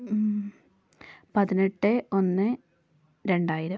പതിനെട്ട് ഒന്ന് രണ്ടായിരം